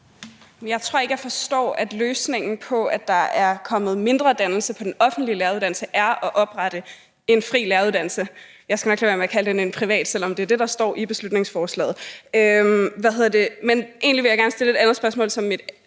Jeg tror ikke, at jeg forstår, at løsningen på, at der er kommet mindre dannelse på den offentlige læreruddannelse, er at oprette en fri læreruddannelse. Jeg skal nok lade være med at kalde den en privat uddannelse, selv om det er det, der står i beslutningsforslaget. Men egentlig vil jeg gerne stille et andet spørgsmål som mit